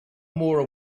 more